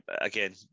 again